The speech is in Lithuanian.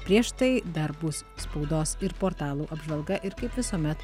prieš tai dar bus spaudos ir portalų apžvalga ir kaip visuomet